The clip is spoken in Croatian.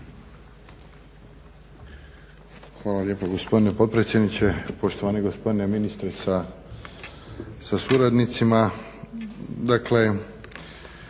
Hvala lijepa gospodine potpredsjedniče. Poštovani gospodine ministre sa suradnicima.